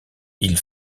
ils